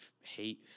hate